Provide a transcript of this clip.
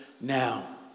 now